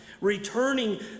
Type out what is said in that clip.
returning